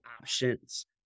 options